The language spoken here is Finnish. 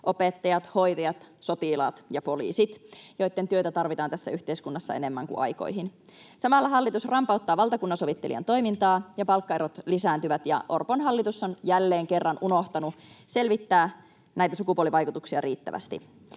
opettajat, hoitajat, sotilaat ja poliisit, joitten työtä tarvitaan tässä yhteiskunnassa enemmän kuin aikoihin. Samalla hallitus rampauttaa valtakunnansovittelijan toimintaa ja palkkaerot lisääntyvät. Orpon hallitus on jälleen kerran unohtanut selvittää näitä sukupuolivaikutuksia riittävästi.